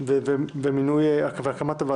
הקליטה והתפוצות.